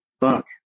fuck